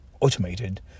automated